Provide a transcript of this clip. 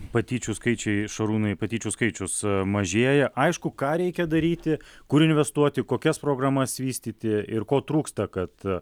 patyčių skaičiai šarūnai patyčių skaičius mažėja aišku ką reikia daryti kur investuoti kokias programas vystyti ir ko trūksta kad